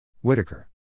Whitaker